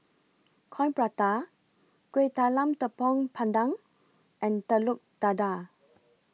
Coin Prata Kueh Talam Tepong Pandan and Telur Dadah